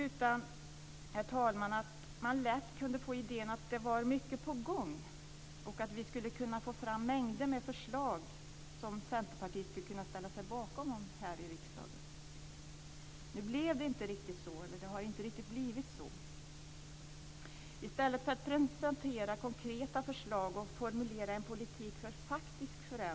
Jag tror dock att det är viktigt att inse vilka tidsperspektiv vi med nödvändighet måste tala om.